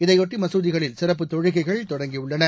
இதையொட்டி மசூதிகளில் சிறப்பு தொழுகைகள் தொடங்கியுள்ளன